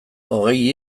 hogei